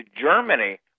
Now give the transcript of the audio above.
Germany